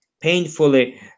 painfully